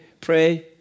Pray